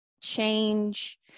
change